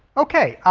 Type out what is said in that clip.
ok ah